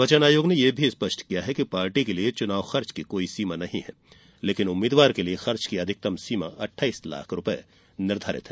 निर्वाचन आयोग ने यह भी स्पष्ट किया है कि पार्टी के लिए चुनाव खर्च की कोई सीमा नहीं है लेकिन उम्मीद्वार के लिए खर्च की अधिकतम सीमा अट्ठाइस लाख रुपये है